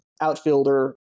outfielder